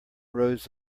rows